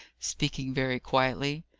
speaking very quietly.